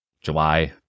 July